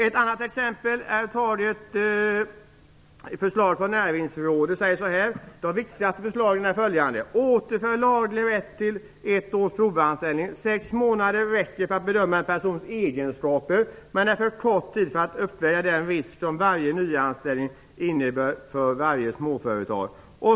Ett annat exempel är taget ur ett förslag från Näringsrådet. Man säger så här: De viktigaste förslagen är följande: Återför laglig rätt till ett års provanställning. Sex månader räcker för att bedöma en persons egenskaper men är för kort tid för att uppväga den risk som varje nyanställning innebär för varje småföretag.